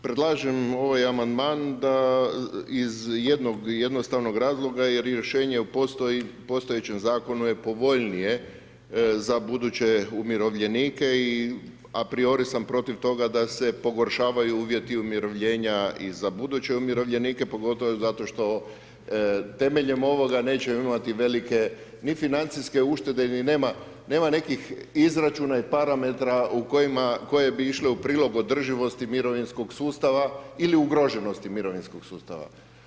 Predlažem ovaj amandman da iz jednog jednostavnog razloga, jer rješenje postoji, u postojećem Zakonu je povoljnije za buduće umirovljenike i apriori sam protiv toga da se pogoršavaju uvjeti umirovljenja i za buduće umirovljenik, pogotovo zato što temeljem ovoga nećemo imati velike, ni financijske uštede, ni nema, nema nekih izračuna i parametra u kojima, koje bi išle u prilog održivosti mirovinskog sustava ili ugroženosti mirovinskog sustava.